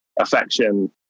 affection